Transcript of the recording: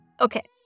Okay